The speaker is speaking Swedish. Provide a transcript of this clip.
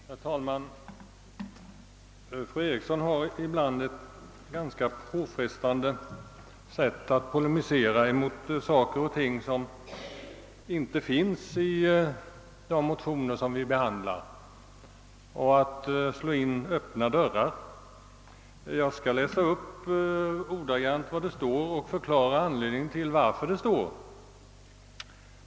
Herr talman! Fru Eriksson har ibland ett ganska påfrestande sätt att polemisera mot saker och ting som inte finns i de motioner som vi behandlar, att slå in öppna dörrar. Jag skall läsa upp ordagrant vad som står i motionen och förklara varför det står så.